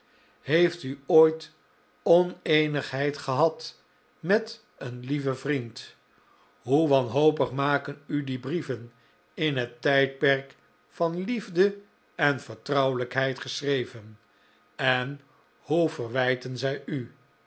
heeft u ooit oneenigheid gehad met een lieven vriend hoe wanhopig maken u die brieven in het tijdperk van liefde en vertrouwelijkheid geschreven en hoe verwijten zij u